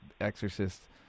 Exorcist